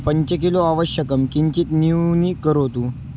पञ्चकिलो आवश्यकं किञ्चित् न्यूनीकरोतु